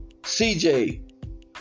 CJ